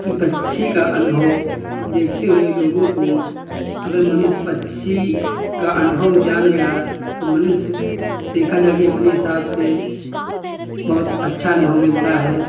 कि पक्षी का अनुभव देखते हुए लोगों को अगर मनुष्य पक्षी का अनुभव जान गया तो मनुष्य देखा जाए कि अपने हिसाब से बहुत अच्छा अनुभव मिलता है